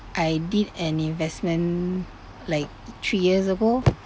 I did an investment like three years ago